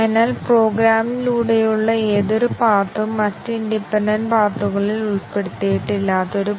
അതിനാൽ MCDC പരിഷ്കരിച്ച condition decision കവറേജിനെ സൂചിപ്പിക്കുന്നു